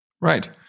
Right